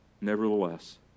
Nevertheless